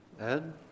Ed